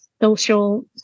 social